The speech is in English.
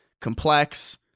complex